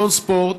מועדון ספורט,